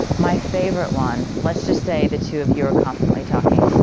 my favorite one, let's just say the two of you are constantly talking,